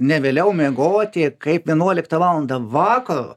ne vėliau miegoti kaip vienuoliktą valandą vakaro